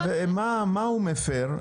מה הוא מפר?